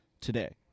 today